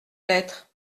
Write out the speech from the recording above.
lettre